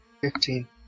Fifteen